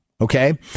okay